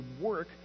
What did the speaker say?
work